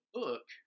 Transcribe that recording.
book